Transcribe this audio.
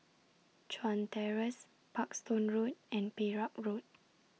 Chuan Terrace Parkstone Road and Perak Road